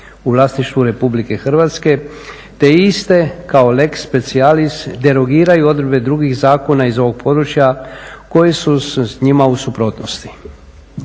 u vlasništvu RH te iste kao lex specialis derogiraju odredbe drugih zakona iz ovog područja koje su s njima u suprotnosti.